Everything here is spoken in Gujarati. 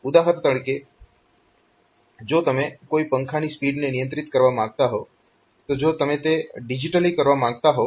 ઉદાહરણ તરીકે જો તમે કોઈ પંખાની સ્પીડને નિયંત્રિત કરવા માંગતા હોવ તો જો તમે તે ડિજીટલી કરવા માંગતા હોવ